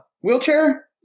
wheelchair